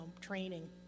training